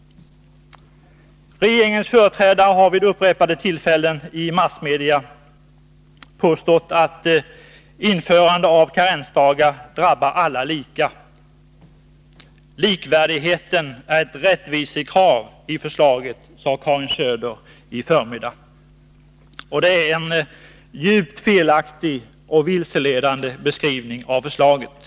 Regeringens företrädare har vid upprepade tillfällen i massmedia påstått att införandet av karensdagar drabbar alla lika. Likvärdigheten är ett rättvisekrav i förslaget, sade Karin Söder i förmiddags. Det är en djupt felaktig och vilseledande beskrivning av förslaget.